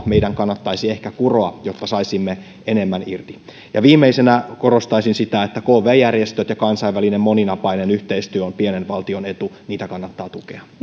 meidän kannattaisi ehkä kuroa jotta saisimme enemmän irti ja viimeisenä korostaisin sitä että kv järjestöt ja kansainvälinen moninapainen yhteistyö ovat pienen valtion etu niitä kannattaa tukea